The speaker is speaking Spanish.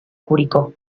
curicó